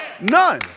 None